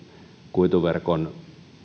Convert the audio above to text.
kuituverkon